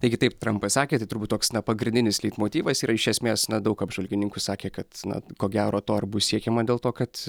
taigi taip trampas sakė tai turbūt toks na pagrindinis leitmotyvas yra iš esmės na daug apžvalgininkų sakė kad na ko gero to ir bus siekiama dėl to kad